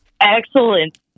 Excellent